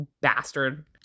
bastard